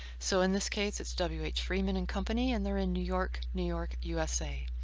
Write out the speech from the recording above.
so in this case it's w h. freeman and company and they're in new york, new york, usa.